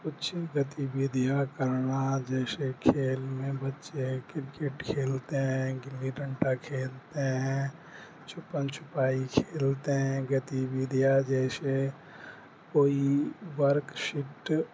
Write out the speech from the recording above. کچھ گتیویدھیا کرنا جیسے کھیل میں بچے کرکٹ کھیلتے ہیں گلی ڈنٹا کھیلتے ہیں چھپن چھپائی کھیلتے ہیں گتیویدھیاں جیسے کوئی ورک شفٹ